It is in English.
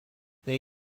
they